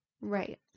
Right